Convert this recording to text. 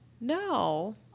No